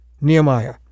Nehemiah